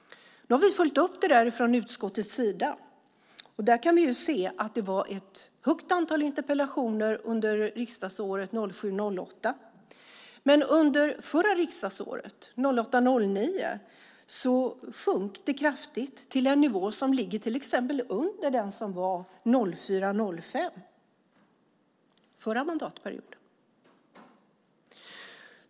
Nu har vi följt upp detta från utskottets sida och kan se att det var ett stort antal interpellationer under riksdagsåret 2007 09, sjönk antalet kraftigt till en nivå som ligger under den som var till exempel 2004/05, den förra mandatperioden.